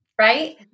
right